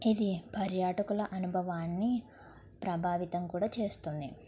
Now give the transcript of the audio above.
ఇది పర్యాటకుల అనుభవాన్ని ప్రభావితం కూడా చేస్తుంది